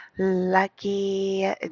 lucky